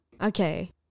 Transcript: Okay